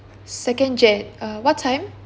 second jan uh what time